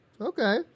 okay